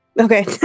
Okay